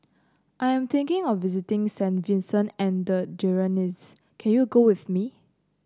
I am thinking of visiting Saint Vincent and the Grenadines can you go with me